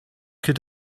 could